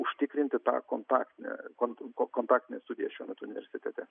užtikrinti tą kontaktinę kon kontaktines studijas šiuo metu universitete